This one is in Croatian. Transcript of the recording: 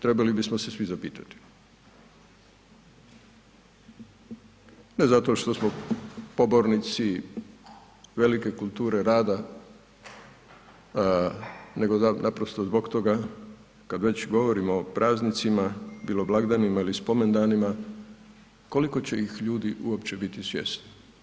Trebali bismo se svi zapitati, ne zato što smo pobornici velike kulture rada nego naprosto zbog toga kada već govorimo o praznicima, bilo blagdanima ili spomendanima koliko će ih ljudi uopće biti svjesni?